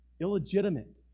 Illegitimate